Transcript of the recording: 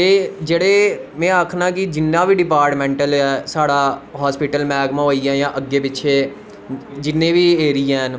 जेह्ड़े में आक्खना कि जिन्ने बी डिपार्टमैं साढ़ा हास्पिटल मैकमा होईया जां अग्गे पिच्छे जिन्ने बी एरियै न